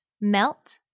Melt